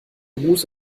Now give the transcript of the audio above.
gruß